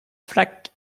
flac